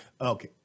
Okay